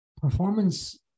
performance